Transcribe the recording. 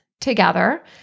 together